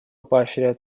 поощряет